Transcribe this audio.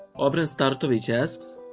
obren starovich asks,